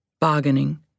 bargaining